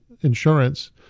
insurance